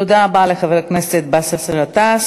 תודה רבה לחבר הכנסת באסל גטאס.